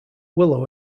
willow